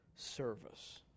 Service